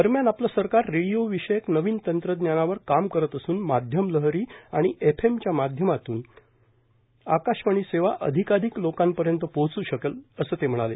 दरम्यान आपलं सरकार रेडिओ विषयक नवीन तंत्रज्ञानावर काम करत असून माध्यम लहरी आणि एफ एपच्या माध्यमातून आक्रशवाणी सेवा अधिकाधिक लोकांपर्यंत पोहचू शकेल असं ते म्हणाले